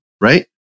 right